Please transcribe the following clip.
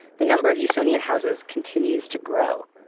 the number of usonian houses continues to grow.